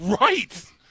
Right